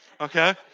Okay